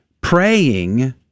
praying